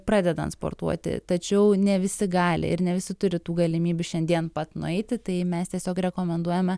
pradedant sportuoti tačiau ne visi gali ir ne visi turi tų galimybių šiandien pat nueiti tai mes tiesiog rekomenduojame